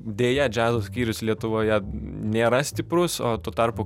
deja džiazo skyrius lietuvoje nėra stiprus o tuo tarpu